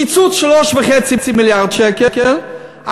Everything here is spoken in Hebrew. קיצוץ 3.5 מיליארד שקל,